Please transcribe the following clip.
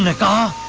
and god!